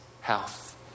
health